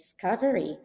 discovery